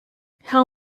how